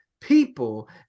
people